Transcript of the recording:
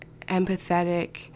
empathetic